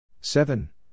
seven